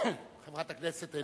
חברת הכנסת עינת וילף.